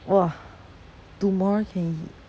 !wah! tomorrow can eat